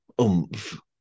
oomph